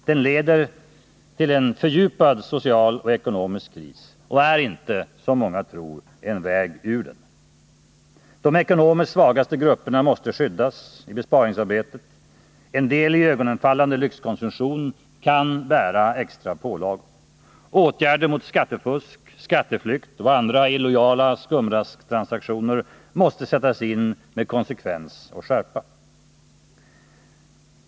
Den leder till en fördjupad social och ekonomisk kris och är inte, som många tror, en väg ut ur en sådan. De ekonomiskt svagaste grupperna måste skyddas i besparingsarbetet. En del iögonfallande lyxkonsumtion kan bära extra pålagor. Åtgärder mot skattefusk, skatteflykt och andra illegala skumrasktransaktioner måste sättas in med konsekvens och skärpa.